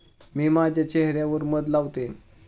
मी माझ्या चेह यावर मध लावते